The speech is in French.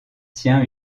tient